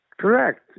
Correct